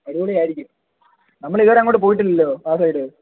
അടിപൊളി ആയിരിക്കും നമ്മളിതുവരെ അങ്ങോട്ട് പോയിട്ടില്ലല്ലോ ആ സൈഡ്